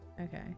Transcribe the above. Okay